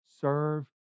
Serve